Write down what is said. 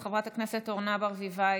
חברת הכנסת אורנה ברביבאי,